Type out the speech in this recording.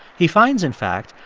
he finds, in fact,